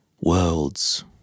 world's